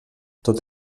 tot